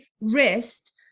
wrist